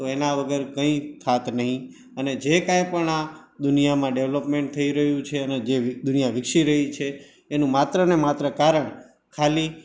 તો એના વગર કંઈ થાત નહીં અને જે કંઈપણ આ દુનિયામાં ડેવલપમેન્ટ થઇ રહ્યું છે અને જે દુનિયા વિકસી રહી છે એનું માત્ર ને માત્ર કારણ ખાલી